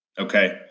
Okay